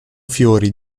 fiori